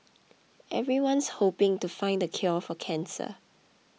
everyone's hoping to find the cure for cancer